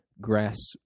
grass